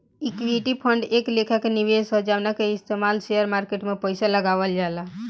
equity fund एक लेखा के निवेश ह जवना के इस्तमाल शेयर मार्केट में पइसा लगावल जाला